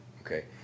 Okay